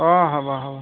অ হ'ব হ'ব